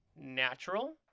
natural